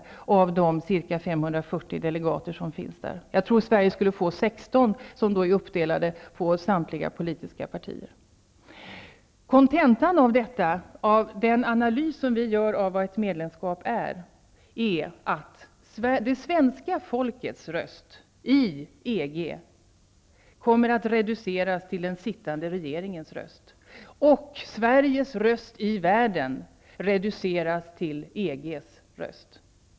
Jag tror att Sverige bland de ca 540 delegater som finns där skulle få 16, som då är uppdelade på samtliga politiska partier. Kontentan av den analys som vi gör av vad ett medlemskap innebär är att svenska folkets röst i EG kommer att reduceras till den sittande regeringens röst, och att Sveriges röst i världen reduceras till EG:s röst.